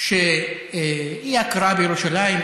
שאי-הכרה בירושלים,